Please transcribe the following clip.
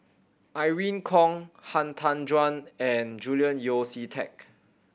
Irene Khong Han Tan Juan and Julian Yeo See Teck